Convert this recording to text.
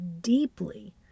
deeply